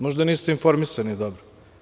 Možda niste informisani dobro.